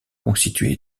constitué